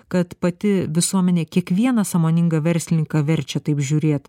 kad pati visuomenė kiekvieną sąmoningą verslininką verčia taip žiūrėt